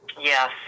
Yes